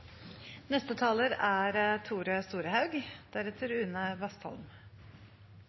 Neste talar er Jon Georg Dale, deretter